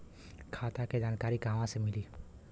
खाता के जानकारी कहवा से मिली?